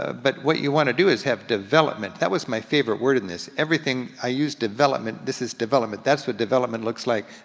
ah but what you wanna do is have development. that was my favorite word in this. everything, i use development, this is development, that's what development looks like.